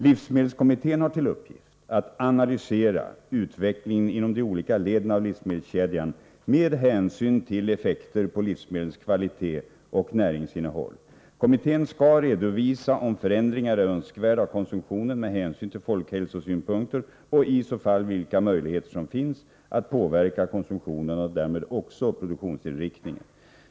Livsmedelskommittén har till uppgift att analysera utvecklingen inom de olika leden av livsmedelskedjan med hänsyn till effekter på livsmedlens kvalitet och näringsinnehåll. Kommittén skall redovisa om förändringar är önskvärda av konsumtionen med hänsyn till folkhälsosynpunkter och i så fall vilka möjligheter som finns att påverka konsumtionen och därmed också produktionsinriktningen.